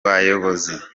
bayobozi